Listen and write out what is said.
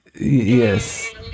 Yes